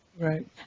Right